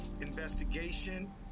investigation